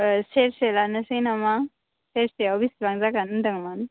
औ सेरसे लानोसै नामा सेरसेआव बेसेबां जागोन होनदोंमोन